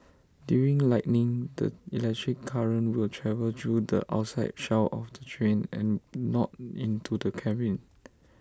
during lightning the electric current will travel through the outside shell of the train and not into the cabin